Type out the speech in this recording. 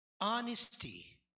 Honesty